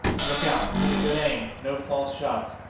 look out! take a good aim! no false shots!